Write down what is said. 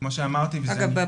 כמו שאמרתי אגב,